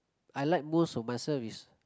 I like most of myself is